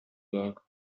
luck